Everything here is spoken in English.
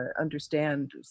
understand